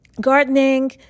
gardening